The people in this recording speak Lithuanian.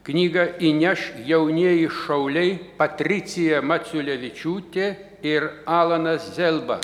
knygą įneš jaunieji šauliai patricija maciulevičiūtė ir alanas zelba